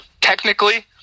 Technically